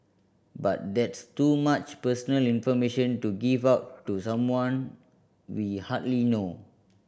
but that's too much personal information to give out to someone we hardly know